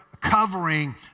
covering